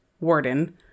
warden